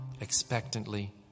expectantly